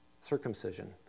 circumcision